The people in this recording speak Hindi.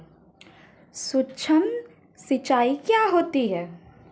सुक्ष्म सिंचाई क्या होती है?